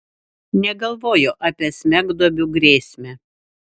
negalvojo apie smegduobių grėsmę